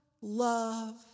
love